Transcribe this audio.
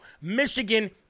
Michigan